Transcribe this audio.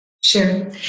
Sure